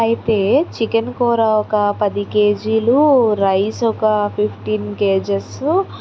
అయితే చికెన్ కూర ఒక్క పదికేజిలు రైస్ ఒక్క ఫిఫ్టీన్ కేజిస్